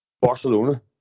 Barcelona